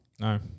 No